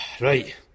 Right